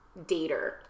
dater